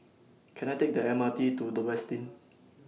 Can I Take The M R T to The Westin